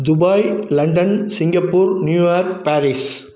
Dubai London Singapore New York Paris